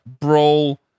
Brawl